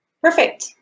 Perfect